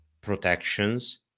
protections